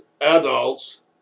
adults